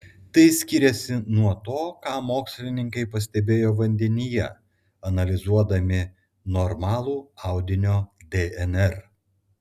tai skyrėsi nuo to ką mokslininkai pastebėjo vandenyje analizuodami normalų audinio dnr